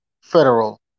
federal